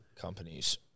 companies